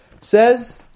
Says